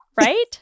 Right